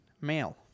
male